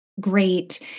great